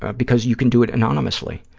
because you can do it anonymously.